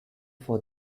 for